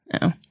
No